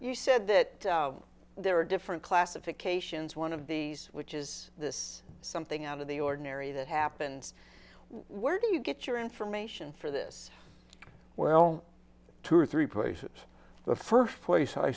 you said that there are different classifications one of these which is this something out of the ordinary that happens where do you get your information for this well two or three places the first